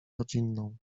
rodzinną